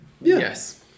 Yes